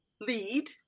lead